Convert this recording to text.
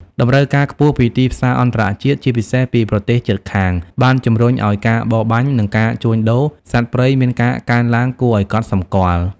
តម្រូវការខ្ពស់ពីទីផ្សារអន្តរជាតិ ជាពិសេសពីប្រទេសជិតខាង បានជំរុញឱ្យការបរបាញ់និងការជួញដូរសត្វព្រៃមានការកើនឡើងគួរឱ្យកត់សម្គាល់។